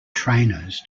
trainers